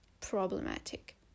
problematic